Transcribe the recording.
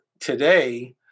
today